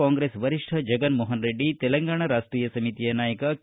ಕಾಂಗ್ರೆಸ್ ವರಿಷ್ಠ ಜಗನ್ ಮೋಹನ್ರೆಡ್ಡಿ ತೆಲಗಾಂಣ ರಾಷ್ಷೀಯ ಸಮಿತಿಯ ನಾಯಕ ಕೆ